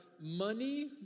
money